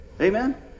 Amen